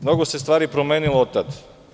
Mnogo se stvari promenilo od tada.